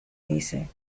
dice